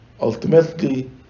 Ultimately